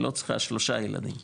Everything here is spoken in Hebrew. היא לא צריכה שלושה ילדים,